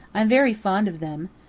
i'm very fond of them.